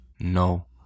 no